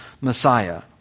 Messiah